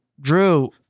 Drew